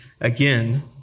again